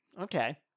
Okay